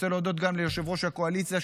אני רוצה להודות גם ליושב-ראש הקואליציה,